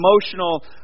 emotional